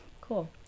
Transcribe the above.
Cool